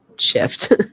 shift